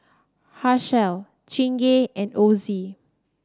Herschel Chingay and Ozi